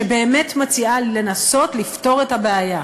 שבאמת מציעה לנסות לפתור את הבעיה.